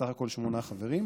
סך הכול שמונה חברים,